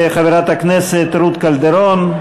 חברת הכנסת רות קלדרון.